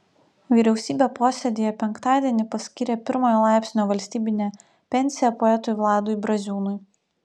vyriausybė posėdyje penktadienį paskyrė pirmojo laipsnio valstybinę pensiją poetui vladui braziūnui